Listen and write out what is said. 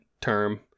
term